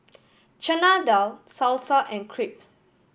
Chana Dal Salsa and Crepe